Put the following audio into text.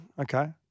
Okay